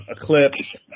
Eclipse